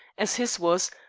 as his was,